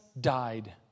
died